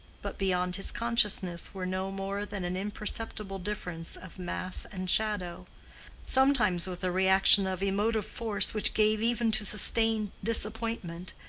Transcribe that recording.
but beyond his consciousness were no more than an imperceptible difference of mass and shadow sometimes with a reaction of emotive force which gave even to sustained disappointment,